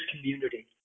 community